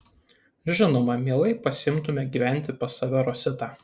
žinoma mielai pasiimtume gyventi pas save rositą